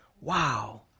wow